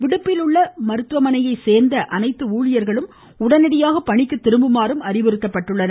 விடுப்பில் உள்ள மருத்துவமனையை சேர்நத அனைத்து ஊழியர்கள் உடனடியாக பணிக்கு திரும்புமாறு அறிவுறுத்தப்பட்டுள்ளனர்